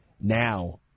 Now